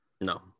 No